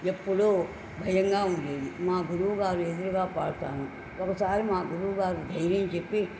ఎప్పుడు భయంగా ఉండేది మా గురువు గారు ఎదురుగా పాడతాను ఒకసారి మా గురువుగారు ధైర్యం చెప్పి